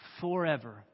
forever